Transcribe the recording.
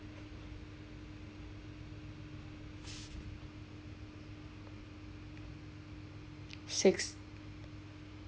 six